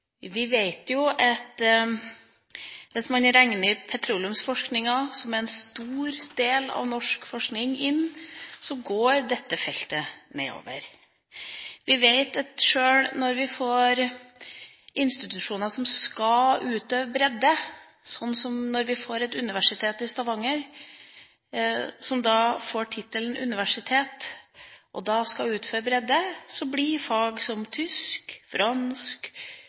hvis vi regner med petroleumsforskninga, som er en stor del av norsk forskning – går dette omtalte feltet nedover. Vi vet at sjøl når vi får institusjoner som skal tilby bredde – som når vi får et universitet i Stavanger, som får tittelen universitet og da skal tilby bredde – blir fag som tysk, fransk,